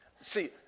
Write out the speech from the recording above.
see